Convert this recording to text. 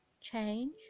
change